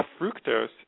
fructose